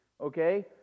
Okay